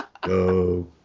Go